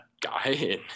guy